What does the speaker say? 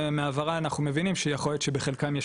ומההעברה אנחנו מבינים שיכול להיות שבחלקם יש